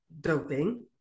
doping